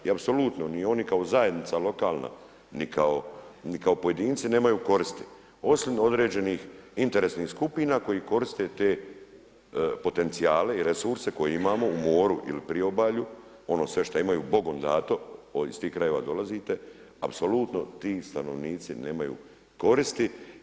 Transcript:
I apsolutno ni oni kao zajednica lokalna, ni kao pojedinci nemaju koristi osim određenih interesnih skupina koji koriste te potencijale i resurse koje imamo u moru ili u priobalju ono sve što imaju bogom dato iz tih krajeva dolazite apsolutno ti stanovnici nemaju koristi.